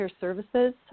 services